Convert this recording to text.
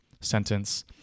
sentence